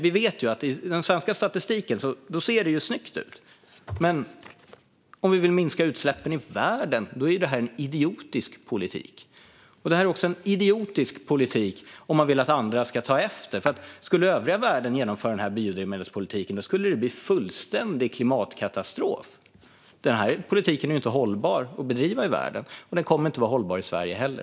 Vi vet att det i den svenska statistiken ser snyggt ut, men om vi vill minska utsläppen i världen är det här en idiotisk politik. Det här är också en idiotisk politik om man vill att andra ska ta efter. Om övriga världen skulle genomföra den här biodrivmedelspolitiken skulle det bli en fullständig klimatkatastrof. Att bedriva den här politiken i resten av världen skulle inte vara hållbart, och det kommer inte att vara hållbart i Sverige heller.